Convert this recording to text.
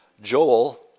Joel